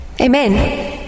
Amen